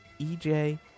EJ